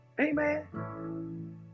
Amen